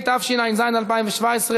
התשע"ז 2017,